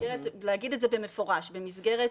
להגיד את זה במפורש, במסגרת